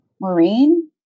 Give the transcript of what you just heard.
Maureen